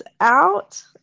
out